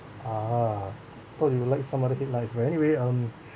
ah thought you will like some other headlights but anyway um